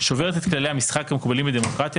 שוברת את כללי המשחק המקובלים בדמוקרטיה